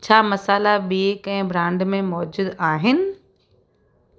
छा मसाल्हा ॿी कंहिं ब्रांड में मौजूदु आहिनि